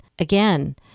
Again